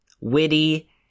witty